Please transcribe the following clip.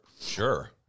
Sure